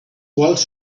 quals